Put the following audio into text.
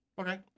Okay